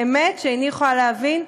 באמת שאיני יכולה להבין.